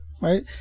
right